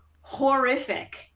horrific